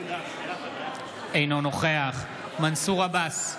אינו נוכח מנסור עבאס,